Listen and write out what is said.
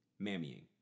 Mammying